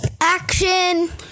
Action